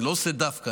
אני לא עושה דווקא,